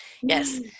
Yes